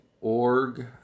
Org